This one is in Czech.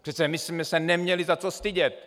Přece my jsme se neměli za co stydět.